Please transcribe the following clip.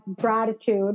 gratitude